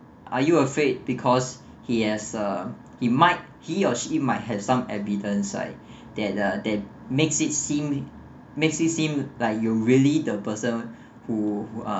are you afraid because he has uh he might he or she might has some evidence like that uh that makes it seem make it seem like you really the person who uh